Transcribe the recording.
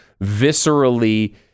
viscerally